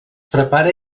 prepara